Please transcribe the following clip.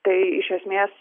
tai iš esmės